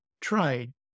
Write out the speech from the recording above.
trade